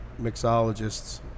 mixologists